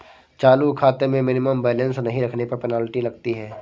चालू खाते में मिनिमम बैलेंस नहीं रखने पर पेनल्टी लगती है